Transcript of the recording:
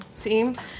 team